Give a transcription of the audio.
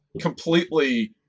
completely